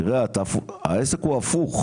תראה את העסק הוא הפוך,